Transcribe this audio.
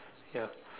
ya